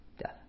death